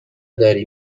داری